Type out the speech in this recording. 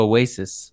Oasis